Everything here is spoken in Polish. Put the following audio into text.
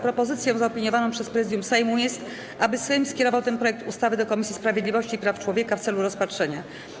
Propozycją zaopiniowaną przez Prezydium Sejmu jest, aby Sejm skierował ten projekt ustawy do Komisji Sprawiedliwości i Praw Człowieka w celu rozpatrzenia.